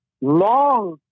long